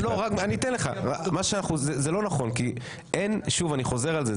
זה לא נכון ואני חוזר על זה,